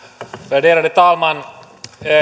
värderade talman